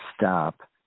Stop